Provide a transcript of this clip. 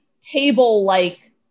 table-like